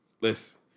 listen